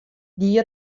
gie